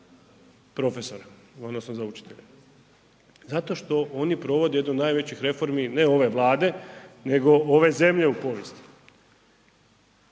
profesore, odnosno za učitelje? Zato što oni provode jednu od najvećih reformi, ne ove Vlade, nego ove zemlje u povijesti.